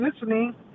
listening